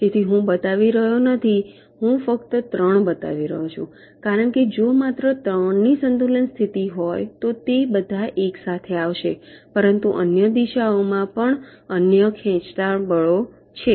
તેથી હું બતાવી રહ્યો નથી હું ફક્ત 3 બતાવી રહ્યો છું કારણ કે જો માત્ર 3 ની સંતુલનની સ્થિતિ હોય તો તે બધા એક સાથે આવશે પરંતુ અન્ય દિશાઓમાં પણ અન્ય ખેંચતા બળો છે